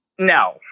No